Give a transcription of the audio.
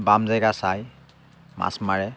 বাম জেগা চাই মাছ মাৰে